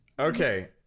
Okay